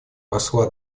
посла